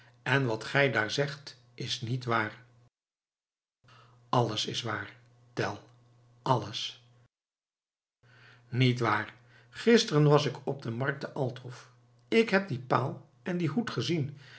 en wat gij daar zegt is niet waar alles is waar tell alles niet waar gisteren was ik op de markt te altorf ik heb dien paal en dien hoed gezien